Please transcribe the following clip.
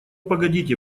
погодите